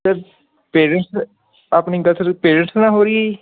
sir parents ਆਪਣੀ ਗੱਲ sir parents ਨਾਲ ਹੋ ਰਹੀ ਹੈ ਜੀ